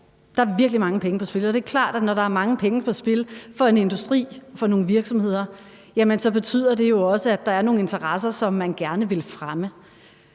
der virkelig er mange penge på spil her, og det er klart, at når der er mange penge på spil for en industri og for nogle virksomheder, så betyder det jo også, at der er nogle interesser, som man gerne vil fremme.